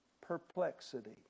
perplexity